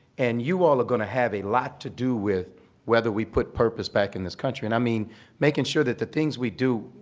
and you all are going to have a lot to do with whether we put purpose back in this country. and i mean making sure that the things we do,